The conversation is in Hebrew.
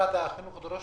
שמשרד החינוך דורש